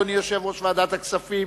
אדוני יושב-ראש ועדת הכספים,